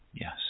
Yes